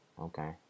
okay